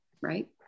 right